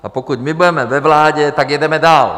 A pokud my budeme ve vládě, tak jedeme dál.